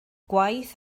gwaith